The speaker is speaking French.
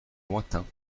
lointains